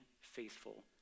faithful